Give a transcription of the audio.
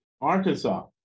Arkansas